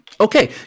Okay